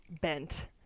bent